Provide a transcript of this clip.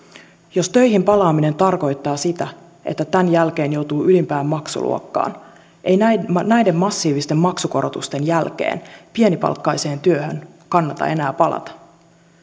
jos töihin palaaminen tarkoittaa sitä että tämän jälkeen joutuu ylimpään maksuluokkaan ei näiden massiivisten maksukorotusten jälkeen pienipalkkaiseen työhön kannata enää palata